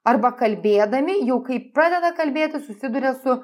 arba kalbėdami jau kai pradeda kalbėti susiduria su